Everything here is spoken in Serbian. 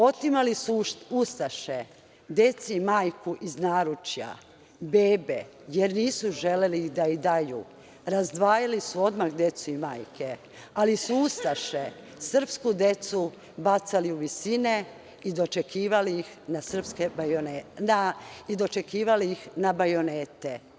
Otimali su ,ustaše, decu majkama iz naručja, bebe, jer nisu želeli da ih daju, razdvajali su odmah decu i majke, ali su ustaše srpsku decu bacali u visine i dočekivali ih na bajonete.